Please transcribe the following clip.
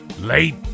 late